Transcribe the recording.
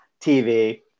TV